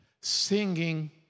singing